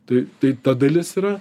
tai tai ta dalis yra